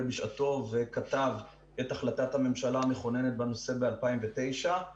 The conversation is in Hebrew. בשעתו וכתב את החלטת הממשלה המכוננת בנושא ב-2009.